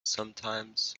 sometimes